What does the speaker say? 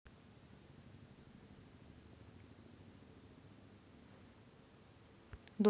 दोन किंवा अधिक प्रकारातील वनस्पतीचे दूध एकत्र मिसळून मिश्रण तयार केले जाते